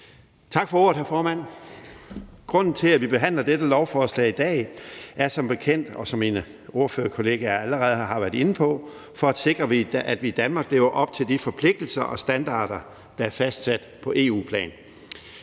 Tak for ordet, hr. formand. Grunden til, at vi behandler dette lovforslag i dag, er som bekendt, og som mine ordførerkollegaer allerede har været inde på, at vi skal sikre, at vi i Danmark lever op til de forpligtelser og standarder, der er fastsat på EU-plan.